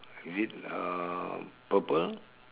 is it uh purple